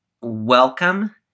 welcome